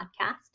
podcast